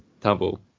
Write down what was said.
tumble